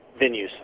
venues